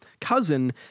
cousin